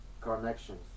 connections